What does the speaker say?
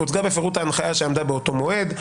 ההנחיה שעמדה באותו מועד,